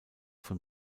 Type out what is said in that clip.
von